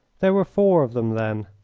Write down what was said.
there were four of them, then,